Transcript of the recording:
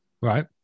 right